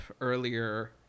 earlier